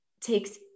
takes